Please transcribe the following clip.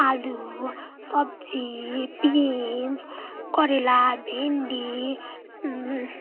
आलु सब्जी बिन्स करेला भिन्डी